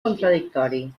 contradictori